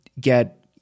get